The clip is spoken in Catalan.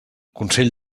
consell